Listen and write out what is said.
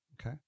Okay